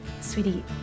sweetie